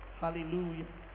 hallelujah